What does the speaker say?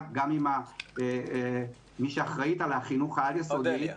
וגם לאודליה שאחראית על החינוך העל-יסודי,